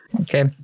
Okay